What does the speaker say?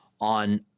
on